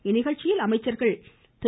இந்நிகழ்ச்சியில் அமைச்சர்கள் திரு